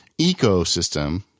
ecosystem